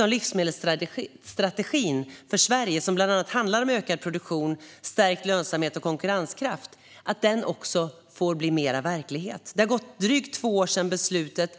om livsmedelsstrategin för Sverige, som bland annat handlar om ökad produktion och stärkt lönsamhet och konkurrenskraft. Jag önskar att den får bli mer verklighet. Det har gått drygt två år sedan beslutet.